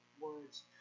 words